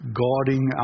guarding